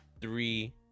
three